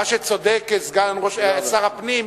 מה שצודק שר הפנים,